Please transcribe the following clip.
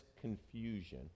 confusion